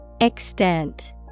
Extent